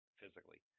physically